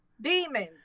Demons